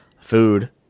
food